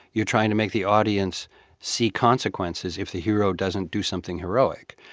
you're trying to make the audience see consequences if the hero doesn't do something heroic.